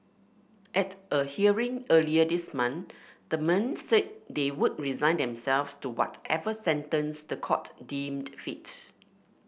at a hearing earlier this month the men said they would resign themselves to whatever sentence the court deemed fit